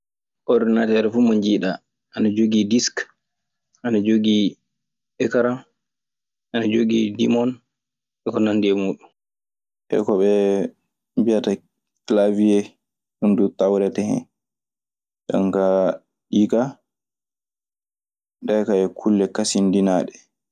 Ordinater fuu mo njiiɗa ana jogii disku, ana jogii ekaran, ana jogii dimon e ko nanndi e muuɗum. E ko ɓe mbiyata klawiee, ɗun duu tawrete hen. jonkaa, ɗii kaa, ɗee kaa yo kulle kasindinaaaɗe.